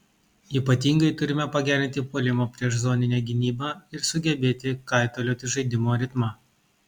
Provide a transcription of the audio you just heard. ypatingai turime pagerinti puolimą prieš zoninę gynybą ir sugebėti kaitalioti žaidimo ritmą